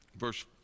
Verse